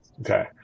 Okay